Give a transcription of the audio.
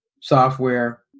software